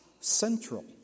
central